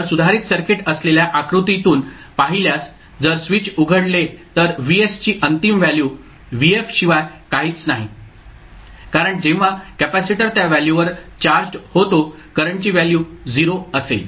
तर सुधारित सर्किट असलेल्या आकृतीतून पाहिल्यास जर स्विच उघडले तर Vs ची अंतिम व्हॅल्यू vf शिवाय काहीच नाही कारण जेव्हा कॅपेसिटर त्या व्हॅल्यूवर चार्जड होतो करंटची व्हॅल्यू 0 असेल